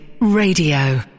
Radio